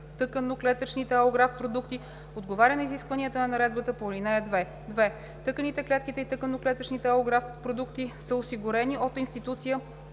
тъканно-клетъчните алографт продукти отговаря на изискванията на наредбата по ал. 2; 2. тъканите, клетките и тъканно-клетъчните алографт продукти са осигурени от институция,